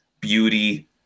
beauty